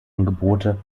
angebote